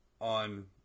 on